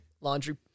laundry